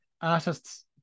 artists